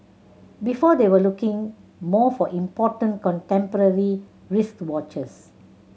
before they were looking more for important contemporary wristwatches